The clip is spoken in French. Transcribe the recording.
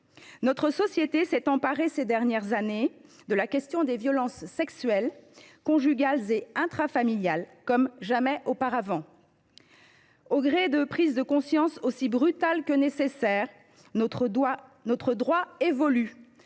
notre société s’est emparée ces dernières années de la question des violences sexuelles, conjugales et intrafamiliales comme jamais auparavant. Au gré de prises de conscience aussi brutales que nécessaires, notre droit évolue